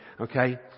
Okay